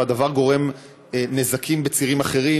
והדבר גורם נזקים בצירים אחרים,